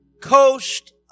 coast